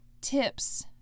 tips